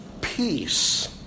peace